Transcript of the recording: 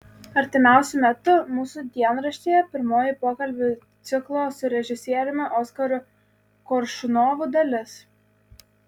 artimiausiu metu mūsų dienraštyje pirmoji pokalbių ciklo su režisieriumi oskaru koršunovu dalis